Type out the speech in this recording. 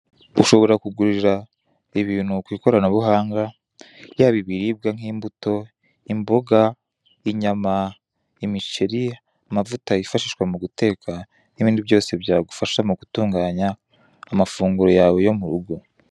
Ushobora kugurira ibintu ku ikoranabuhanga, yaba ibiribwa nk'imbuto, imboga, inyama, imiceri, amavuta yifashishwa mu guteka n'ibindi byose byagufasha mu gutunganya amafunguro yawe yo mu rugo.